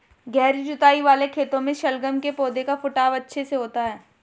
गहरी जुताई वाले खेतों में शलगम के पौधे का फुटाव अच्छे से होता है